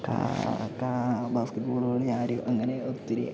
കാ കാ ബാസ്കറ്റ് ബോളുകളി ആരും അങ്ങനെ ഒത്തിരി